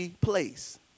place